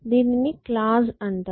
దీనిని క్లాజ్ అంటారు